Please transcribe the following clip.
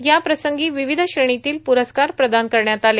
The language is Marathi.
याप्रसंगी विविध श्रेणीतील प्ररस्कार प्रदान करण्यात आले